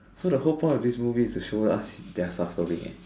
so the whole point of this movie is to show us their suffering eh